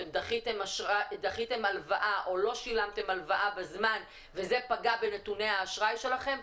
דחיתם הלוואה או לא שילמתם הלוואה בזמן וזה פגע בנתוני האשראי שלכם',